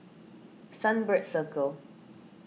Sunbird Circle